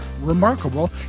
remarkable